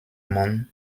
man